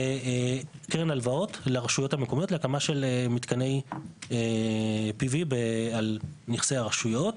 קרן הלוואות לרשויות המקומיות להקמה של מתקני PV על נכסי הרשויות.